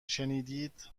شنیدید